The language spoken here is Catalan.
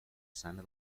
sana